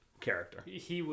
character